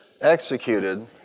executed